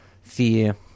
fear